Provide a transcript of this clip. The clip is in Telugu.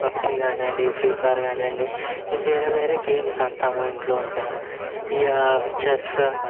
పబ్జీ కానీయండి ఫ్రీఫయిర్ కానీయండి ఈ వేరే వేరే గేమ్స్ ఇంట్లో ఉంటే ఇక చెస్